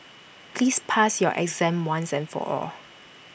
please pass your exam once and for all